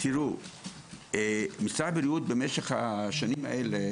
תראו, משרד הבריאות במשך השנים האלה